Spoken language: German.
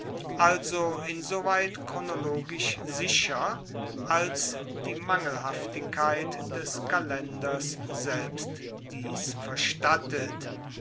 also insoweit chronologisch sicher als die mangelhaftigkeit des kalenders selbst dies verstattet